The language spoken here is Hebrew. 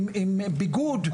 עם ביגוד.